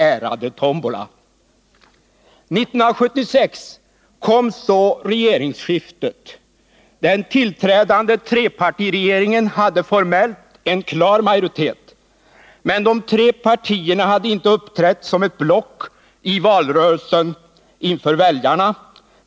Ärade tombola!” År 1976 kom så regeringsskiftet. Den tillträdande trepartiregeringen hade formellt en klar majoritet. Men de tre partierna hade inte uppträtt som ett block i valrörelsen inför väljarna.